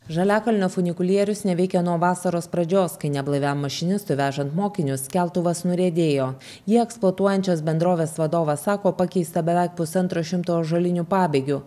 žaliakalnio funikulierius neveikia nuo vasaros pradžios kai neblaiviam mašinistui vežant mokinius keltuvas nuriedėjo jį eksploatuojančios bendrovės vadovas sako pakeista beveik pusantro šimto ąžuolinių pabėgių